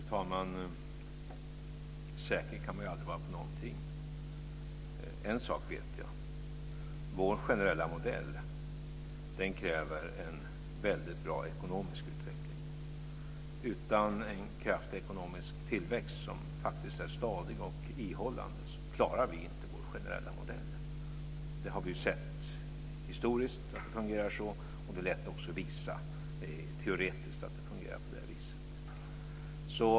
Fru talman! Säker kan man aldrig vara på någonting. En sak vet jag. Vår generella modell kräver en bra ekonomisk utveckling. Utan en kraftig ekonomisk tillväxt som är stadig och ihållande klarar vi inte vår generella modell. Vi har sett historiskt att det fungerar så. Det är också lätt att teoretiskt visa att det fungerar på det viset.